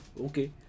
okay